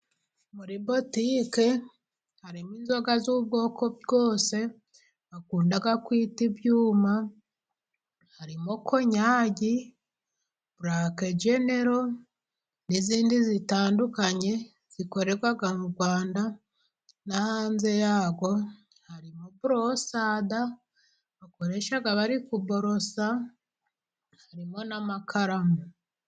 Muri botike harimo inzoga z'ubwoko bwose bakunda kwita ibyuma, harimo konyagi, burakejenero n'izindi zitandukanye zikorerwa mu rwanda no hanze yarwo. Harimo borosada bakoresha bari kuborosa, harimo n'amakaramu.